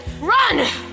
run